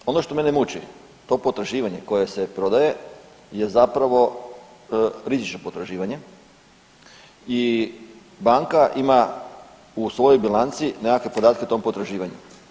O.k. Ono što mene muči to potraživanje koje se prodaje je zapravo rizično potraživanje i banka ima u svojoj bilanci nekakve podatke o tom potraživanju.